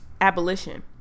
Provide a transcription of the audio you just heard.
abolition